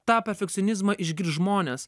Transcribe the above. tą perfekcionizmą išgirs žmonės